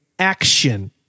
Action